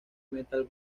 metal